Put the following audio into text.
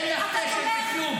אין לך מקום בבית הזה.